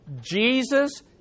Jesus